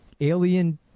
alien